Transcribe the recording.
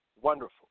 wonderful